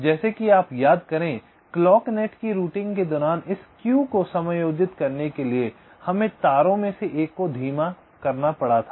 जैसे कि आप याद करते हैं क्लॉक नेट की रूटिंग के दौरान इस स्क्यू को समायोजित करने के लिए हमें तारों में से एक को धीमा करना पड़ सकता है